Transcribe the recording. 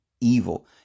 evil